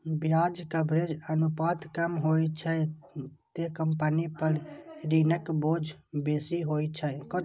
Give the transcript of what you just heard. ब्याज कवरेज अनुपात कम होइ छै, ते कंपनी पर ऋणक बोझ बेसी होइ छै